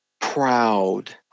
proud